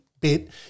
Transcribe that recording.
bit